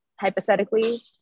hypothetically